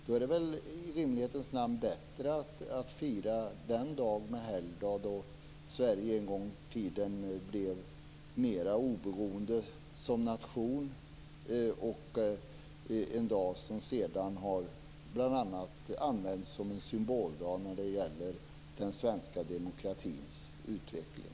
Då är det rimligen bättre att fira den dag som helgdag då Sverige en gång i tiden blev mera oberoende som nation - en dag som sedan bl.a. har använts som en symboldag när det gäller den svenska demokratins utveckling.